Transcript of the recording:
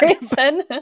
reason